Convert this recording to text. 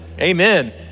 Amen